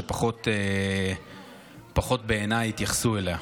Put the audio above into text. שבעיניי פחות התייחסו אליה.